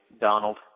Donald